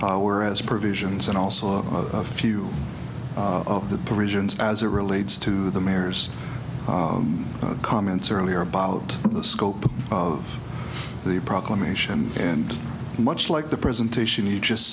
power as provisions and also a few of the provisions as it relates to the mayor's comments earlier about the scope of the proclamation and much like the presentation you just